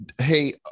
hey